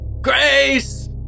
Grace